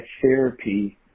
therapy